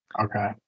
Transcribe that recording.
Okay